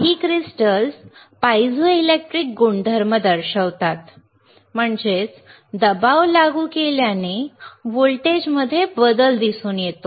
काही crystals piezoelectric गुणधर्म दर्शवतात दबाव लागू केल्याने व्होल्टेजमध्ये बदल दिसून येतो